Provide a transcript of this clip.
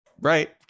Right